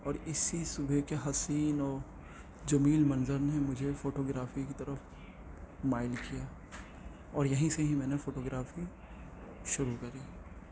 اور اسی صبح کے حسین و جمیل منظر نے مجھے فوٹوگرافی کی طرف مائل کیا اور یہیں سے ہی میں نے فوٹوگرافی شروع کری